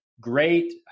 great